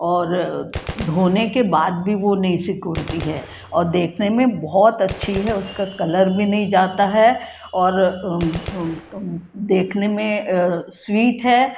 और धोने के बाद भी वह नहीं सुकड़ती है और देखने में बहुत अच्छी है उसका कलर भी नहीं जाता है और देखने में स्वीट है